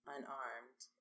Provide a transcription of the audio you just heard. unarmed